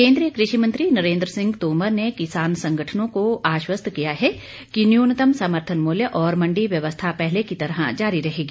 केन्द्रीय कृषि मंत्री नरेन्द्र सिंह तोमर ने किसान संगठनों को आश्वस्त किया है कि न्यूनतम समर्थन मूल्य और मंडी व्यवस्था पहले की तरह जारी रहेगी